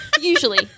usually